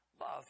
love